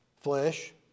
flesh